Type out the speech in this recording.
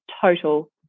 total